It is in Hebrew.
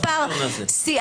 מספר שיא.